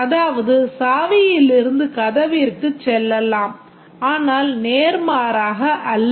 அதாவது சாவியிலிருந்து கதவிற்குச் செல்லலாம் ஆனால் நேர்மாறாக அல்ல